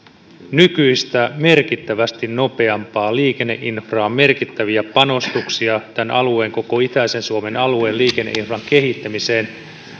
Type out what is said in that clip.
nykyistä merkittävästi nopeampaa liikenneinfraa merkittäviä panostuksia tämän alueen koko itäisen suomen alueen liikenneinfran kehittämiseen